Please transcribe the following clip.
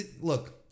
Look